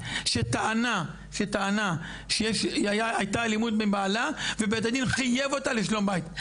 שטענה שהייתה אלימות עם בעלה ובית הדין חייב אותה לשלום בית.